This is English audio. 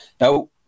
Now